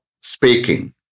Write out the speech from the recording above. speaking